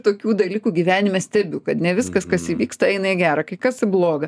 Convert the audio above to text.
tokių dalykų gyvenime stebiu kad ne viskas kas įvyksta eina į gera kai kas į bloga